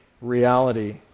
reality